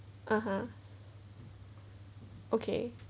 (uh huh) okay